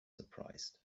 surprised